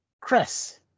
Chris